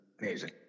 amazing